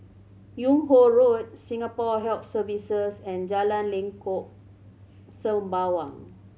Yung Ho Road Singapore Health Services and Jalan Lengkok Sembawang